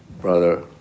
Brother